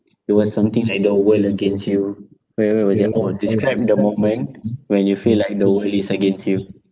it was something like the world against you where where was it orh describe the moment when you feel like the world is against you